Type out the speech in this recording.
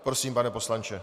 Prosím, pane poslanče.